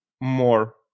more